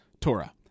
Torah